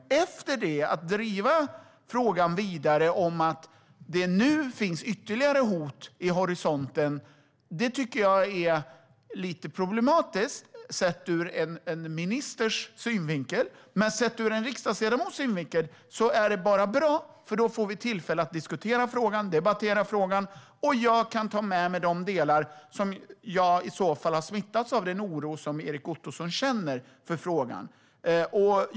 Att efter det driva frågan vidare om att det nu finns ytterligare hot vid horisonten tycker jag är lite problematiskt, sett ur en ministers synvinkel. Men sett ur en riksdagsledamots synvinkel är det bara bra. Då får vi tillfälle att diskutera och debattera frågan. Och jag kan ta med mig de delar av Erik Ottosons oro som jag i så fall har smittats av. Det kommer jag att göra.